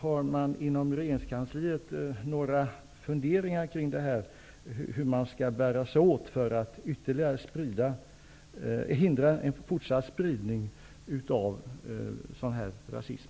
Har man inom regeringskansliet några funderingar kring hur man skall bära sig åt för att förhindra en fortsatt spridning av en sådan här rasism?